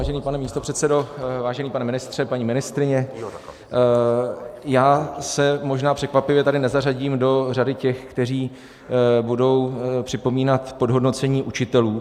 Vážený pane místopředsedo, vážený pane ministře, paní ministryně, já se tady možná překvapivě nezařadím do řady těch, kteří budou připomínat podhodnocení učitelů.